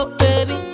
baby